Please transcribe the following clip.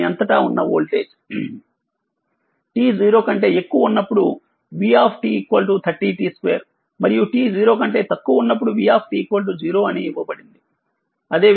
దాని అంతటా ఉన్న వోల్టేజ్ t 0 కంటే ఎక్కువ ఉన్నప్పుడు vt 30t2మరియు t0కంటే తక్కువ ఉన్నప్పుడు vt0 అని ఇవ్వబడింది